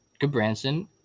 Goodbranson